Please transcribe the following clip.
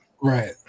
Right